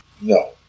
No